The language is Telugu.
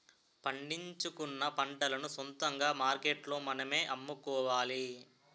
పండించుకున్న పంటలను సొంతంగా మార్కెట్లో మనమే అమ్ముకోవాలి